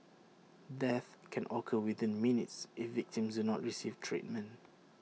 death can occur within minutes if victims do not receive treatment